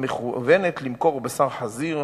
המכוונת למכור בשר חזיר,